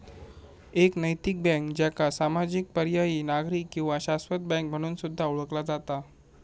एक नैतिक बँक, ज्याका सामाजिक, पर्यायी, नागरी किंवा शाश्वत बँक म्हणून सुद्धा ओळखला जाता